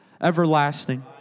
everlasting